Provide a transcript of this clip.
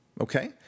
Okay